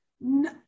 No